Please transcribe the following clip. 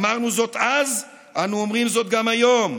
אמרנו זאת אז, אנו אומרים זאת גם היום.